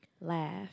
laugh